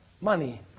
money